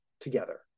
together